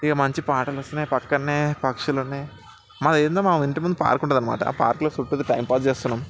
ఇహ మంచి పాటలు వస్తున్నాయి పక్కన్నే పక్షులున్నాయి మాదేందో మా ఇంటి ముందు పార్క్ ఉంటుంది అనమాట ఆ పార్కులో చుట్టుతా టైమ్ పాస్ చేస్తున్నాం